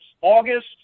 August